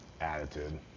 attitude